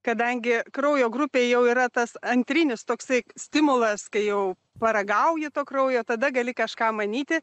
kadangi kraujo grupė jau yra tas antrinis toksai stimulas kai jau paragauji to kraujo tada gali kažką manyti